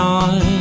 on